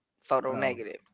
photo-negative